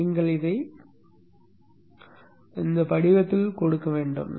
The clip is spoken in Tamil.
எனவே நீங்கள் அதை இந்த படிவத்தில் கொடுக்க வேண்டும்